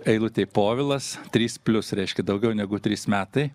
eilutėj povilas trys plius reiškia daugiau negu trys metai